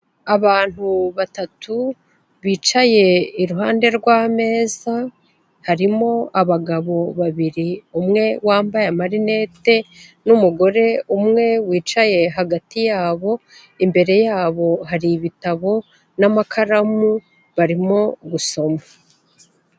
Abantu batatu bicaye iruhande rw'ameza harimo abagabo babiri; umwe wambaye amarinete n'umugore umwe wicaye hagati yabo, imbere yabo hari ibitabo n'amakaramu barimo gusoma.